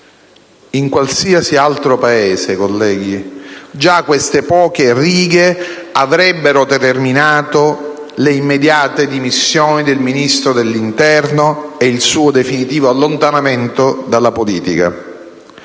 In qualsiasi altro Paese, colleghi, già queste poche righe avrebbero determinato le immediate dimissioni del Ministro dell'interno e il suo definitivo allontanamento dalla politica.